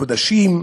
חודשים.